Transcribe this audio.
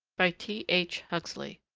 by t h. huxley